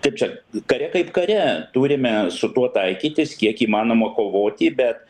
taip čia kare kaip kare turime su tuo taikytis kiek įmanoma kovoti bet